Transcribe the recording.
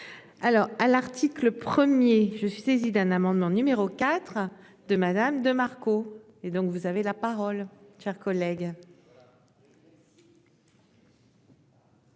Alors à l'article. 1er je suis saisi d'un amendement numéro 4 de Madame de Marco. Et donc vous avez la parole, chers collègues.